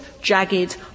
jagged